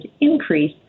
increase